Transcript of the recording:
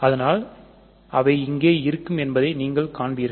அதனால்அவை இங்கே இருக்கும் என்பதை நீங்கள் காண்பீர்கள்